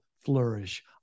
flourish